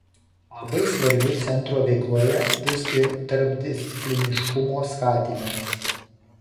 labai svarbiu centro veikloje bus ir tarpdiscipliniškumo skatinimas